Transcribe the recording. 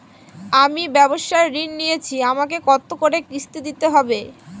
আমি ব্যবসার ঋণ নিয়েছি আমাকে কত করে কিস্তি দিতে হবে?